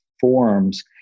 forms